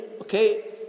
okay